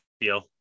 feel